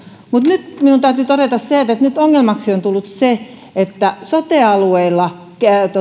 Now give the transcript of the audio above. mutta nyt minun täytyy todeta se että nyt ongelmaksi on tullut se että sote alueilla